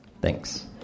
thanks